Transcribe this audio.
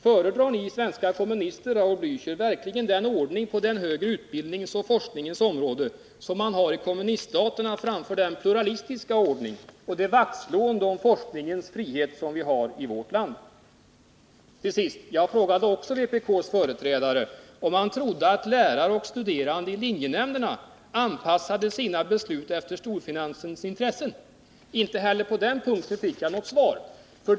Föredrar ni svenska kommunister, Raul Blächer, verkligen den ordning på den högre utbildningens och forskningens område som råder i kommuniststaterna framför den pluralistiska ordning och det vaktslående om forskningens frihet som vi har i vårt land? Till sist. Jag frågade också vpk:s företrädare om han trodde att lärare och studerande i linjenämnderna anpassade sina beslut efter storfinansens intressen. Inte heller på den punkten fick jag något svar.